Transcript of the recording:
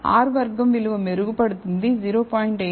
R వర్గం విలువ మెరుగుపడుతుంది 0